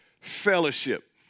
fellowship